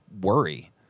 worry